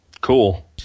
Cool